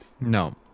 No